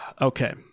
Okay